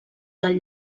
del